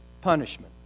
punishment